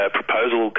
proposal